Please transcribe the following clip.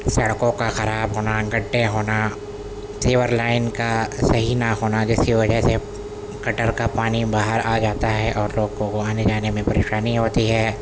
سڑکوں کا خراب ہونا گڈھے ہونا سیور لائن کا صحیح نہ ہونا جس کی وجہ سے گٹر کا پانی باہر آ جاتا ہے اور لوگوں کو آنے جانے میں پریشانی ہوتی ہے